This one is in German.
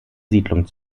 siedlung